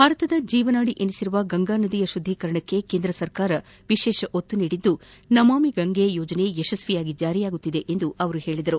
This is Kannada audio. ಭಾರತದ ಜೀವನಾದಿ ಎನಿಸಿರುವ ಗಂಗಾ ನದಿಯ ಶುದ್ದೀಕರಣಕ್ಕೆ ಕೇಂದ್ರ ಸರ್ಕಾರ ವಿಶೇಷ ಒತ್ತು ನೀಡಿದ್ದು ನಮಾಮಿ ಗಂಗಾ ಯೋಜನೆ ಯಶಸ್ವಿಯಾಗಿ ಜಾರಿಯಾಗುತ್ತಿದೆ ಎಂದು ಅವರು ಹೇಳಿದ್ದಾರೆ